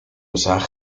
attack